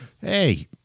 hey